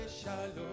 shalom